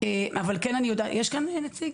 יש כאן נציג?